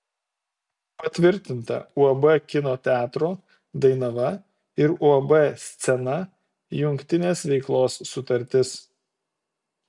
patvirtinta uab kino teatro dainava ir uab scena jungtinės veiklos sutartis